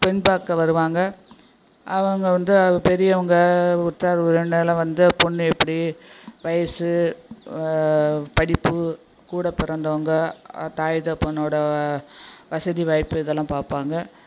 பெண் பார்க்க வருவாங்க அவங்க வந்து பெரியவங்க உற்றார் உறவினரெலாம் வந்து பொண்ணு எப்படி வயது படிப்பு கூட பிறந்தவங்க தாய் தகப்பனோடயா வசதி வாய்ப்பு இதெல்லாம் பார்ப்பாங்க